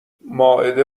مائده